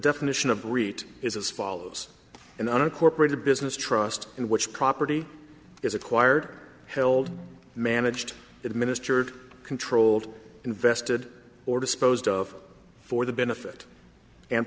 definition of retail is as follows in unincorporated business trust in which property is acquired held managed administered controlled invested or disposed of for the benefit and